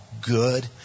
good